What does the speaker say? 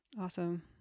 awesome